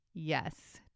yes